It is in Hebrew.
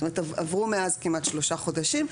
זאת אומרת עברו מאז כמעט שלושה חודשים.